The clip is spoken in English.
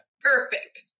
Perfect